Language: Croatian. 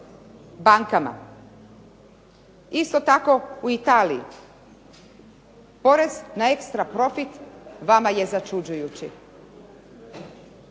bankama. Isto tako i u Italiji, porez na ekstraprofit vama je začuđujući.